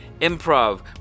Improv